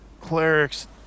Clerics